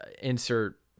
insert